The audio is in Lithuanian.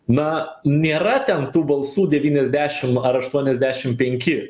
na nėra ten tų balsų devyniasdešim ar aštuoniasdešim penki